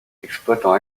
exploitant